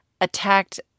attacked